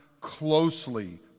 closely